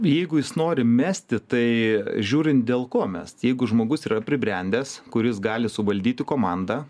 jeigu jis nori mesti tai žiūrint dėl ko mest jeigu žmogus yra pribrendęs kuris gali suvaldyti komandą